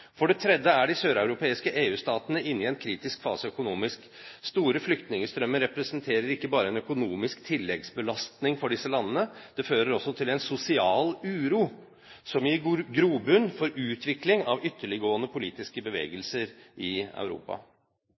For det tredje er de søreuropeiske EU-statene inne i en kritisk fase økonomisk. Store flyktningstrømmer representerer ikke bare en økonomisk tilleggsbelastning for disse landene. Det fører også til en sosial uro som gir grobunn for utvikling av ytterliggående politiske bevegelser i Europa.